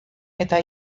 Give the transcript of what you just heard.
eta